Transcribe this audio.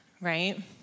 right